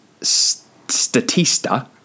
Statista